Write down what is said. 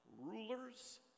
rulers